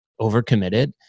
overcommitted